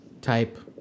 type